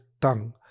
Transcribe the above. tongue